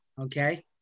okay